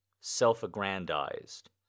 self-aggrandized